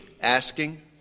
asking